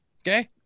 Okay